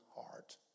heart